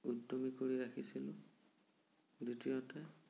উদ্যমী কৰি ৰাখিছিলোঁ দ্বিতীয়তে